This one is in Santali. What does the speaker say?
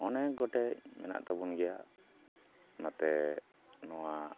ᱚᱱᱮᱠ ᱜᱚᱴᱮᱡ ᱢᱮᱱᱟᱜ ᱛᱟᱵᱚᱱ ᱜᱮᱭᱟ ᱱᱚᱛᱮ ᱱᱚᱣᱟ